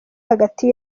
hagati